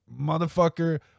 motherfucker